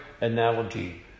analogy